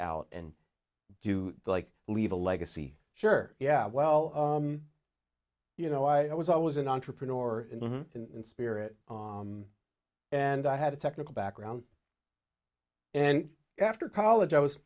out and do like leave a legacy sure yeah well you know i was i was an entrepreneur in spirit and i had a technical background and after college i was